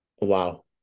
wow